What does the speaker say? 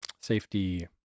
safety